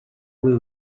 blue